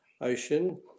ocean